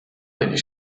degli